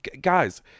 guys